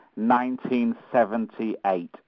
1978